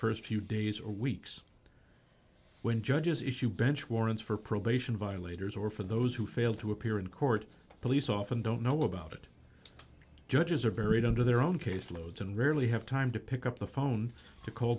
the st few days or weeks when judges issue bench warrants for probation violators or for those who fail to appear in court police often don't know about it judges are buried under their own case loads and rarely have time to pick up the phone to call